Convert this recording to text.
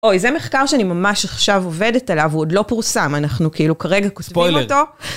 אוי, זה מחקר שאני ממש עכשיו עובדת עליו, הוא עוד לא פורסם, אנחנו כאילו כרגע כותבים אותו.